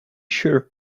sure